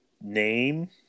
name